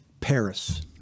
Paris